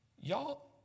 Y'all